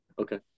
Okay